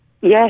Yes